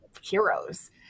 heroes